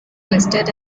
listed